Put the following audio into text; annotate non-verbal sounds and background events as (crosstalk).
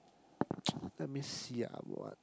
(noise) let me see ah what